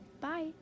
Bye